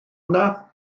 yno